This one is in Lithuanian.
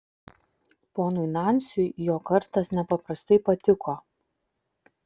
ponui nansiui jo karstas nepaprastai patiko